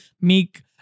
make